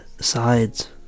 Sides